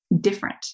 different